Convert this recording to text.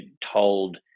told